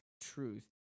truth